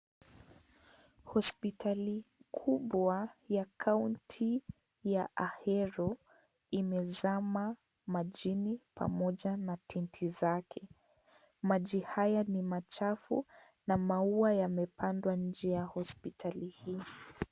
Hospitali kubwa ya kaunti ya Ahero imezama majini pamoja na tinti zake. Maji haya ni machafu na maua yamepandwa nje ya hospitali hii.